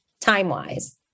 time-wise